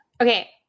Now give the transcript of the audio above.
okay